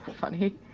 funny